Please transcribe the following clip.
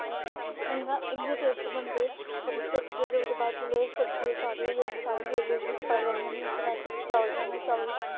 इ'यां इन्ने टेस्ट बनदे होर उस फिर ओह्दे बाद जेल्लै सब्जी सारी होई जंदी सारी बेबरेज़स पाई लैन्नी होन्नी ओह्दे बाद फिर चावल